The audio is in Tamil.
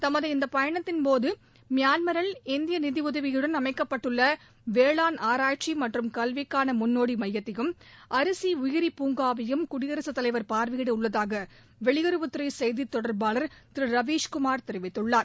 தமது இந்தப் பயணத்தின்போது மியான்மரில் இந்திய நிதியுதவியுடன் அமைக்கப்பட்டுள்ள வேளாண் ஆராய்ச்சி மற்றும் கல்விக்கான முன்னோடி மையத்தையும் அரிசி உயிரி பூங்காவையும் குடியரசுத்தலைவர் பார்வையிட உள்ளதாக வெளியுறவுத் துறை செய்தித்தொடர்பாளர் திரு ரவீஷ்குமார் தெரிவித்துள்ளார்